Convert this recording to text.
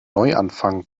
neuanfang